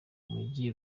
mujyi